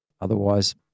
Otherwise